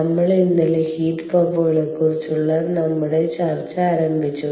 നമ്മൾ ഇന്നലെ ഹീറ്റ് പമ്പുകളെക്കുറിച്ചുള്ള നമ്മളുട ചർച്ച ആരംഭിച്ചു